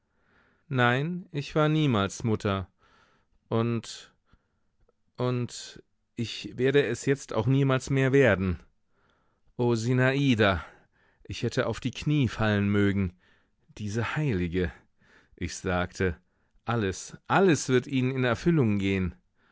nein ich war niemals mutter und und ich werde es jetzt auch niemals mehr werden o sinada ich hätte auf die knie fallen mögen diese heilige ich sagte alles alles wird ihnen in erfüllung gehen